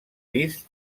vist